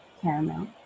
caramel